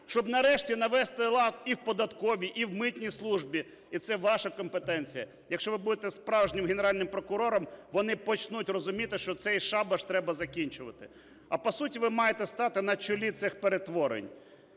Щоб, нарешті, навести лад, і в податковій, і митній службі. І це ваша компетенція, якщо ви будете справжнім Генеральним прокурором, вони почнуть розуміти, що цей шабаш треба закінчувати. А, по суті, ви маєте стати на чолі цих перетворень